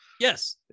Yes